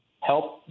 help